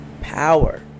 power